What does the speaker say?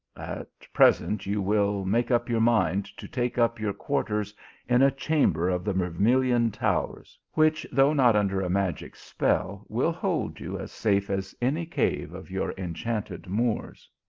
at present you will make up your mind to take up your quarters in a chamber of the vermilion towers, which, though not under a magic spell, will hold you as safe as any cave of your en chanted moors.